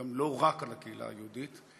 ולא רק על הקהילה היהודית,